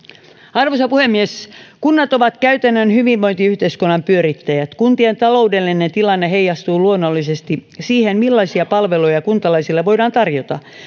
arvoisa puhemies kunnat ovat käytännön hyvinvointiyhteiskunnan pyörittäjät kun tien taloudellinen tilanne heijastuu luonnollisesti siihen millaisia palveluja kuntalaisille voidaan tarjota